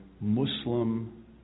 Muslim